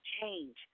change